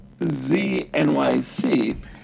ZNYC